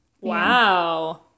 Wow